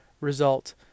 result